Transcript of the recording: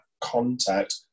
contact